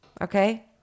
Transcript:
okay